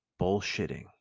bullshitting